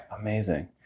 amazing